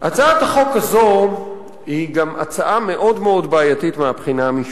הצעת החוק הזו היא גם הצעה מאוד בעייתית מהבחינה המשפטית,